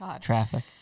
traffic